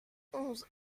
onze